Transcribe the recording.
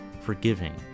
forgiving